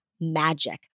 magic